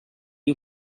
you